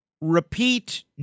repeat